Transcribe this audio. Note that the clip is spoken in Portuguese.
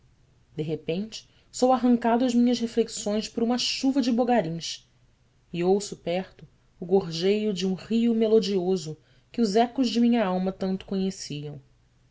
de repente sou arrancado às minhas reflexões por uma chuva de bogarins e ouço perto o gorjeio de um riso melodioso que os ecos de minha alma tanto conheciam